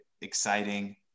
Exciting